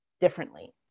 differently